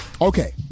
Okay